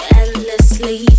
endlessly